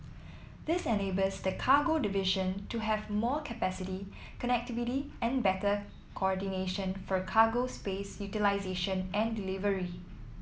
this enables the cargo division to have more capacity connectivity and better coordination for cargo space utilisation and delivery